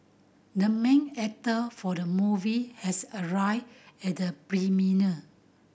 the main actor for the movie has arrived at the premiere